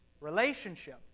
relationship